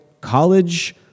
College